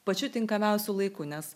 pačiu tinkamiausiu laiku nes